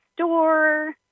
store